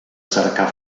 cercar